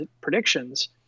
predictions